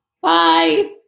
Bye